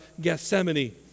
Gethsemane